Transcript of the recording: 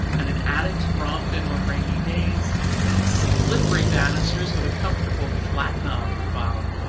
and an attic to romp in on rainy days and slippery banisters with a comfortable flat knob at the bottom,